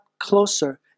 closer